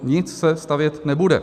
Nic se stavět nebude.